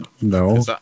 No